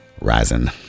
rising